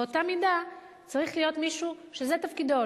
באותה מידה צריך להיות מישהו שזה תפקידו,